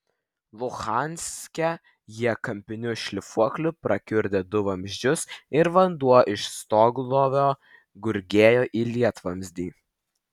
luhanske jie kampiniu šlifuokliu prakiurdė du vamzdžius ir vanduo iš stoglovio gurgėjo į lietvamzdį